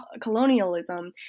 colonialism